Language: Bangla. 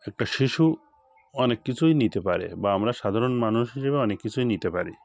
একটা শিশু অনেক কিছুই নিতে পারে বা আমরা সাধারণ মানুষ হিসেবে অনেক কিছুই নিতে পারি